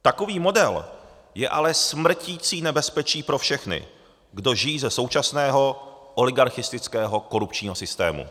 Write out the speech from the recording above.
Takový model je ale smrtící nebezpečí pro všechny, kdo žijí ze současného oligarchistického korupčního systému.